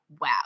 wow